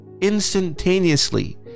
instantaneously